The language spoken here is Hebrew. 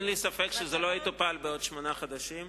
אין לי ספק שזה לא יטופל בעוד שמונה חודשים.